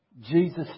Jesus